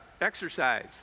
exercise